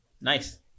Nice